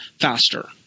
faster